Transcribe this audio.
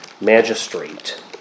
magistrate